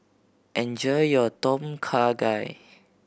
enjoy your Tom Kha Gai